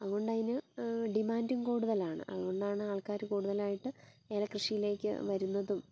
അതുകൊണ്ട് അതിന് ഡിമാൻറ്റും കൂടുതലാണ് അതുകൊണ്ടാണ് ആൾക്കാർ കൂടുതലായിട്ട് ഏലക്കൃഷിയിലേക്ക് വരുന്നതും